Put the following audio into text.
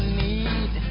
need